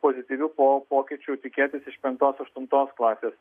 pozityvių po pokyčių tikėtis iš penktos aštuntos klasės